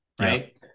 right